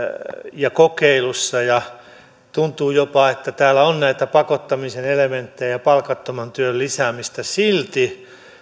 ja kokeilussa ja tuntuu jopa että täällä on näitä pakottamisen elementtejä ja palkattoman työn lisäämistä silti